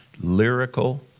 lyrical